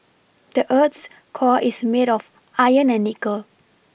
the earth's core is made of iron and nickel